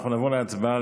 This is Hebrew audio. אנחנו נעבור להצבעה,